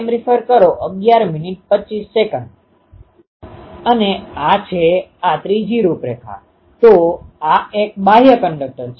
તેથી આપણે વધુ ચાલુ રાખીશું નહીં કારણ કે તે ગુણાકાર શબ્દ સામાન્ય છે પરંતુ ખરેખર જો આપણે એરે એન્ટેનાના સામાન્ય સિદ્ધાંતો દ્વારા મેળવીશું તો આપણે વધુ સારા અભિપ્રાયો મેળવી શકીએ છીએ